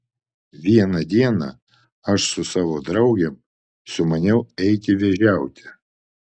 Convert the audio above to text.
vieną dieną aš su savo draugėm sumaniau eiti vėžiauti